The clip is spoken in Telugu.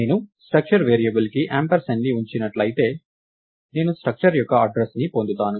నేను స్ట్రక్చర్ వేరియబుల్ కి యాంపర్సండ్ని ఉంచినట్లయితే నేను స్ట్రక్చర్ యొక్క అడ్డ్రస్ ను పొందుతాను